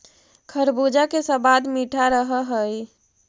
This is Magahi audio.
खरबूजा के सबाद मीठा रह हई